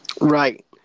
right